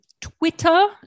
Twitter